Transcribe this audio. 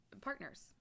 partners